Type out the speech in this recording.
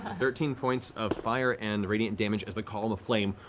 thirteen points of fire and radiant damage as the column of flame